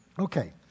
Okay